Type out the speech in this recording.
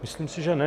Myslím si, že ne.